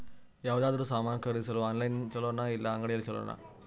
ಯಾವುದಾದರೂ ಸಾಮಾನು ಖರೇದಿಸಲು ಆನ್ಲೈನ್ ಛೊಲೊನಾ ಇಲ್ಲ ಅಂಗಡಿಯಲ್ಲಿ ಛೊಲೊನಾ?